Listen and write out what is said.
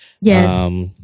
yes